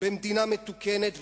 במדינה מתוקנת,